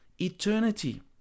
eternity